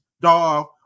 Dog